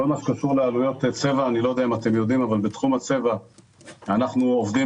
כל מה שקשור לעלויות צבע בתחום הצבע אנחנו עובדים